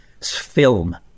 Film